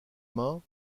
mains